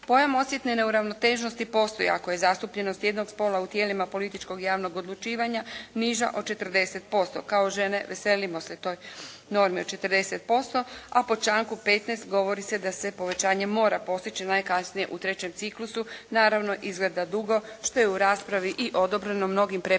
Pojam osjetne neuravnoteženosti postoji ako je zastupljenost jednog spola u tijelima političkog i javnog odlučivanja niža od 40%. Kao žene veselimo se toj normi od 40%, a po članku 15% govori se da se povećanje mora postići najkasnije u trećem ciklusu, naravno izgleda dugo što je u raspravi i odobreno mnogim preprekama